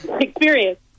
experience